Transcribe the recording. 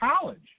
College